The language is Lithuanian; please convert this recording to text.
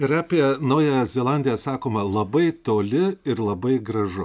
ir apie naująją zelandiją sakoma labai toli ir labai gražu